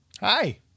Hi